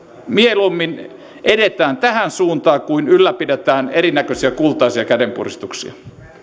mieluummin edetään tähän suuntaan kuin ylläpidetään erinäköisiä kultaisia kädenpuristuksia